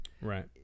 Right